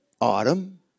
Autumn